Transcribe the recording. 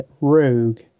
rogue